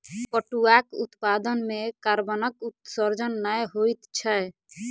पटुआक उत्पादन मे कार्बनक उत्सर्जन नै होइत छै